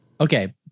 Okay